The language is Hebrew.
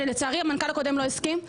לצערי המנכ"ל הקודם לא הסכים.